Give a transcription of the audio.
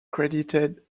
credited